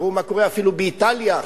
תראו מה קורה אפילו באיטליה עכשיו,